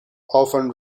often